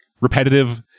repetitive